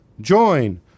Join